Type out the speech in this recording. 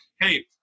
hey